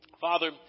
father